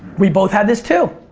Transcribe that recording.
we both had this too.